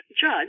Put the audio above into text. judge